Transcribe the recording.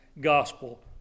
gospel